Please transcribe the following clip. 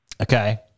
Okay